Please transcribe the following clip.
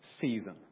season